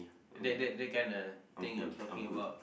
that that that kinda thing I'm talking about